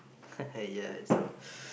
ya that's all